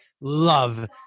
love